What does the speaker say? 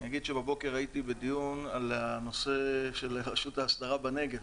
בבוקר הייתי בדיון על הנושא של הרשות להסדרה בנגב,